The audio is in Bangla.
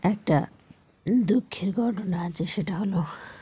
একটা দুঃখের ঘটনা আছে সেটা হলো